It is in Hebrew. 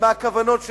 ומהכוונות שלכם.